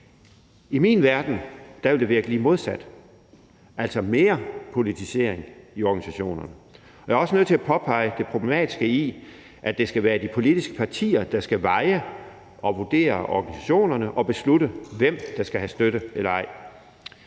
I min verden vil det virke lige modsat, altså give mere politisering af organisationerne. Jeg er også nødt til at påpege det problematiske i, at det skal være de politiske partier, der skal veje og vurdere organisationerne og beslutte, hvem der skal have støtte, og